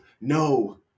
No